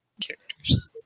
characters